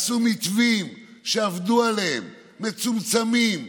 עשו מתווים, שעבדו עליהם, מצומצמים,